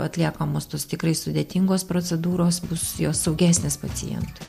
atliekamos tos tikrai sudėtingos procedūros bus jos saugesnės pacientui